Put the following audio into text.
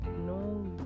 no